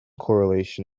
correlation